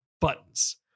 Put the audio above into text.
buttons